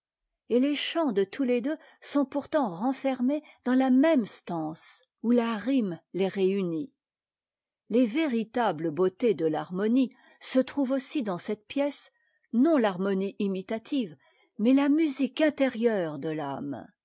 et les chants de tous les deux sont pourtant renfermés dans la même stance où la rime les réunit les véritables beautés de l'harmonie se trouvent aussi dans cette pièce non l'harmonie imitative mais la musique intérieure de l'âme